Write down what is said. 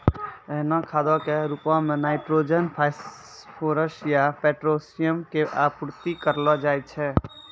एहनो खादो के रुपो मे नाइट्रोजन, फास्फोरस या पोटाशियम के आपूर्ति करलो जाय छै